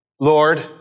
Lord